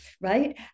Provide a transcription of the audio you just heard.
right